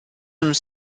some